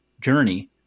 journey